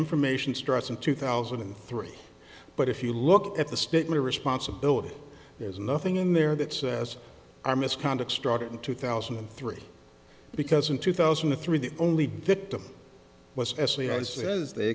information stress in two thousand and three but if you look at the statement of responsibility there's nothing in there that says our misconduct started in two thousand and three because in two thousand and three the only victim was s c i says they